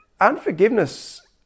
unforgiveness